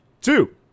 two